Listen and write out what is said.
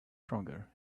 stronger